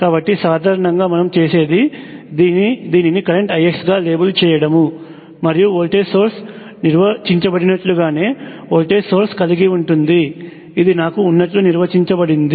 కాబట్టి సాధారణంగా మనము చేసేది దీనిని కరెంట్ IX గా లేబుల్ చేయడం మరియు వోల్టేజ్ సోర్స్ నిర్వచించబడినట్లుగానే వోల్టేజ్ సోర్స్ కలిగి ఉంటుంది ఇది నాకు ఉన్నట్లు నిర్వచించబడింది